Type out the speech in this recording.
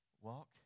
Walk